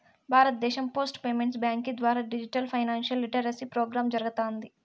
భారతదేశం post payments బ్యాంకీ ద్వారా డిజిటల్ ఫైనాన్షియల్ లిటరసీ ప్రోగ్రామ్ జరగతాంది